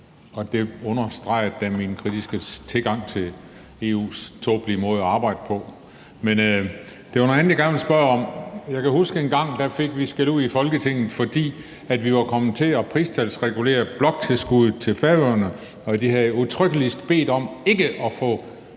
det understregede da min kritiske tilgang til EU's tåbelige måde at arbejde på, men det var noget andet, jeg gerne ville spørge om. Jeg kan huske, at vi engang fik skældud i Folketinget, fordi vi var kommet til at pristalsregulere bloktilskuddet til Færøerne, og de havde udtrykkeligt bedt om ikke at få